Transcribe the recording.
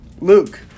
Luke